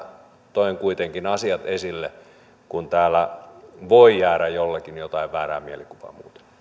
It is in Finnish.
toin asiat esille kun täällä voi jäädä jollekin jotain väärää mielikuvaa